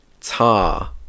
Tar